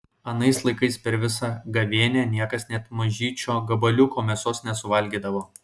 anais laikais per visą gavėnią niekas net mažyčio gabaliuko mėsos nesuvalgydavo